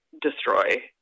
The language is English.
destroy